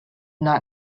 not